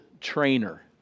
trainer